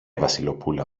βασιλοπούλα